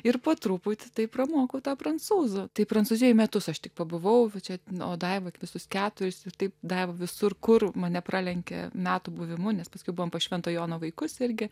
ir po truputį taip pramokau prancūzų taip prancūzijoje metus aš tik pabuvau čia o daiva visus keturis ir taip daro visur kur mane pralenkė natų buvimu nes paskui buvom pas švento jono vaikus irgi